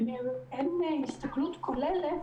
אין הסתכלות כוללת